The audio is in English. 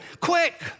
quick